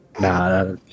Nah